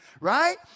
Right